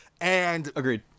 Agreed